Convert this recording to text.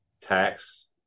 tax